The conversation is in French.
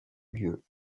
lieu